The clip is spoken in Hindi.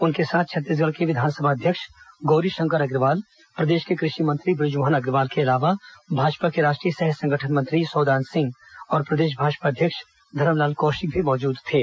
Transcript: उनके साथ छत्तीसगढ़ के विधानसभा अध्यक्ष गौरीशंकर अग्रवाल प्रदेश के कृषि मंत्री बृजमोहन अग्रवाल के अलावा भाजपा के राष्ट्रीय सह संगठन मंत्री सौदान सिंह और प्रदेश भाजपा अध्यक्ष धरमलाल कौशिक भी मौजूद थे